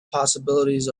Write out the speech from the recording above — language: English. possibilities